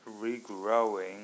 regrowing